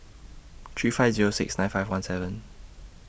three five Zero six nine five one seven